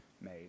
made